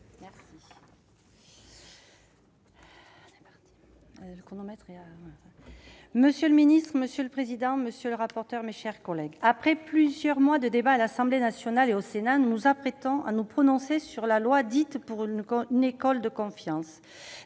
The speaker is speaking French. Marie-Pierre Monier. Monsieur le président, monsieur le ministre, mes chers collègues, après plusieurs mois de débats à l'Assemblée nationale et au Sénat, nous nous apprêtons à nous prononcer sur la proposition de loi pour une école de la confiance.